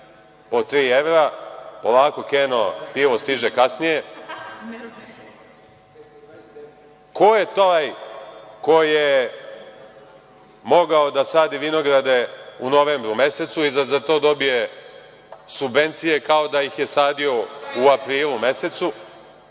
po tri evra. Polako, Keno, pivo stiže kasnije. Ko je taj ko je mogao da sadi vinograde u novembru mesecu i da za to dobije subvencije kao da ih je sadio u aprilu mesecu? Dakle,